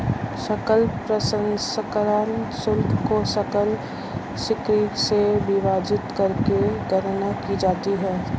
सकल प्रसंस्करण शुल्क को सकल बिक्री से विभाजित करके गणना की जाती है